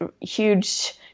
huge